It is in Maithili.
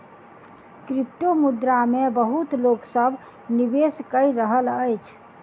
क्रिप्टोमुद्रा मे बहुत लोक अब निवेश कय रहल अछि